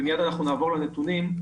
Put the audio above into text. ומיד נעבור לנתונים,